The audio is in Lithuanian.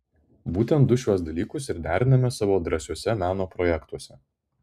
būtent du šiuos dalykus ir deriname savo drąsiuose meno projektuose